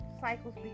cycles